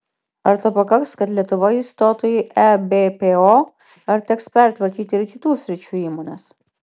ar to pakaks kad lietuva įstotų į ebpo ar teks pertvarkyti ir kitų sričių įmones